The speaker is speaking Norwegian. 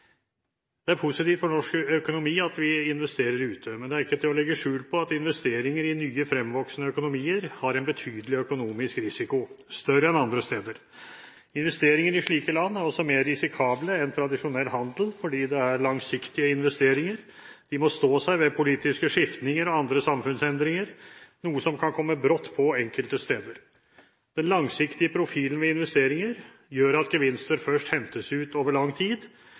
Det er positivt for norsk økonomi at vi investerer ute. Men det er ikke til å legge skjul på at investeringer i nye fremvoksende økonomier har en betydelig økonomisk risiko – større enn andre steder. Investeringer i slike land er også mer risikable enn tradisjonell handel, fordi det er langsiktige investeringer. De må stå seg ved politiske skiftninger og andre samfunnsendringer, noe som kan komme brått på enkelte steder. Den langsiktige profilen ved investeringer gjør at gevinster først hentes ut over lang tid.